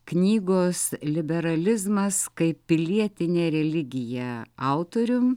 knygos liberalizmas kaip pilietinė religija autorium